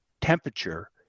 temperature